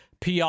PR